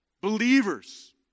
believers